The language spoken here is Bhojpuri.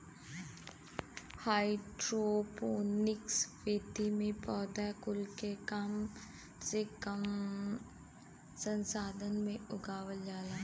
हाइड्रोपोनिक्स विधि में पौधा कुल के कम से कम संसाधन में उगावल जाला